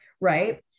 right